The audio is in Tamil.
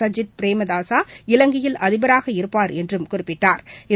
சஜ்ஜித் பிரேமதேசா இலங்கையில் அதிபராக இருப்பார் என்றும் குறிப்பிட்டாள்